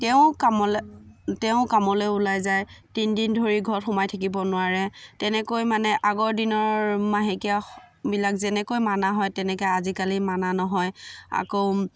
তেওঁ কামলৈ তেওঁ কামলৈ ওলাই যায় তিনি দিন ধৰি ঘৰত সোমাই থাকিব নোৱাৰে তেনেকৈ মানে আগৰ দিনৰ মাহেকীয়াবিলাক যেনেকৈ মনা হয় তেনেকৈ আজিকালি মনা নহয় আকৌ